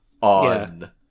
on